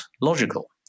logical